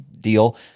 deal